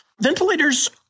Ventilators